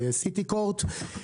בסיטי קורט,